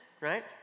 Right